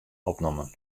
opnommen